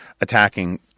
attacking